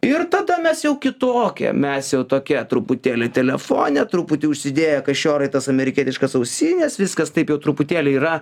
ir tada mes jau kitokie mes jau tokie truputėlį telefone truputį užsidėję kašiorai tas amerikietiškas ausines viskas taip jau truputėlį yra